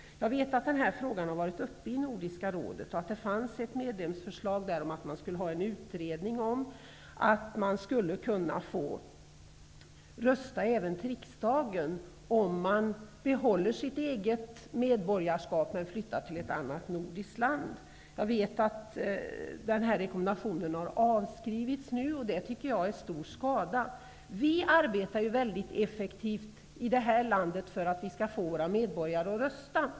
Jag vet att denna fråga har varit uppe i Nordiska rådet. Det fanns där ett medlemsförslag om att det skulle göras en utredning om att man skulle kunna få rösta även i parlamentsval, om man behåller sitt medborgarskap när man flyttar till ett annat nordiskt land. Jag vet att rekommendationen i detta ärende har avskrivits, men jag tycker att det är mycket beklagligt. Vi arbetar i vårt land mycket effektivt för att få våra medborgare att rösta.